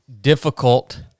difficult